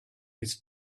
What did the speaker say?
its